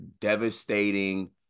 devastating